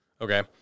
Okay